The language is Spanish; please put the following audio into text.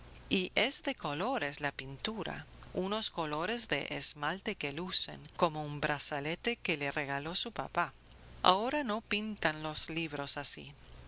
y es de colores la pintura unos colores de esmalte que lucen como el brazalete que le regaló su papá ahora no pintan los libros así